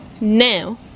now